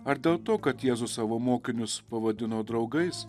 ar dėl to kad jėzus savo mokinius pavadino draugais